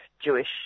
Jewish